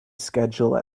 schedule